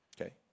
okay